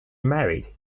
married